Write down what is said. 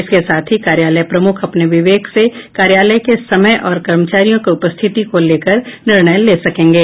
इसके साथ ही कार्यालय प्रमुख अपने विवेक से कार्यालय के समय और कर्मचारियों की उपस्थिति को लेकर निर्णय ले सकेंगे